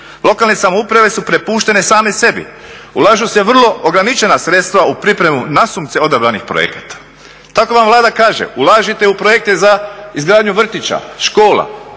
Lokalne samouprave su prepuštene same sebi, ulažu se vrlo ograničena sredstva u pripremu nasumice odabranih projekata. Tako vam Vlada kaže ulažite u projekte za izgradnju vrtića, škola